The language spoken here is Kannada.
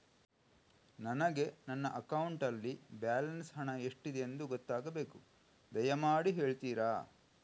ನನಗೆ ನನ್ನ ಅಕೌಂಟಲ್ಲಿ ಬ್ಯಾಲೆನ್ಸ್ ಹಣ ಎಷ್ಟಿದೆ ಎಂದು ಗೊತ್ತಾಗಬೇಕು, ದಯಮಾಡಿ ಹೇಳ್ತಿರಾ?